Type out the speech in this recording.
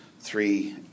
three